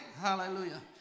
Hallelujah